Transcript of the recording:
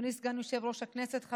אדוני סגן יושב-ראש הכנסת.